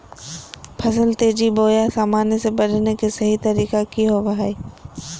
फसल तेजी बोया सामान्य से बढने के सहि तरीका कि होवय हैय?